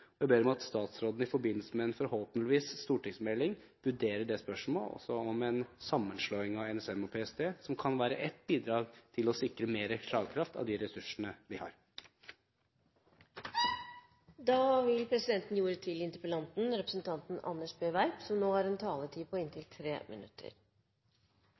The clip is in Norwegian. Jeg ber om at statsråden, forhåpentligvis i forbindelse med en stortingsmelding, vurderer spørsmålet om en sammenslåing av NSM og PST, som kan være ett bidrag til å sikre mer slagkraft med de ressursene vi